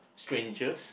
strangers